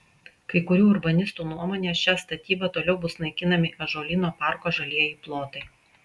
kai kurių urbanistų nuomone šia statyba toliau bus naikinami ąžuolyno parko žalieji plotai